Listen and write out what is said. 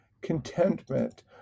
contentment